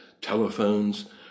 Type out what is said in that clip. telephones